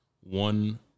one